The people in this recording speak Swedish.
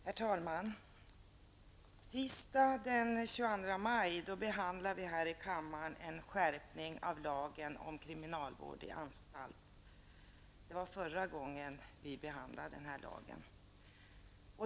Herr talman! Tisdagen den 22 maj behandlade vi ett förslag om en skärpning av lagen om kriminalvård i anstalt här i kammaren. Det var förra gången detta ärende behandlades.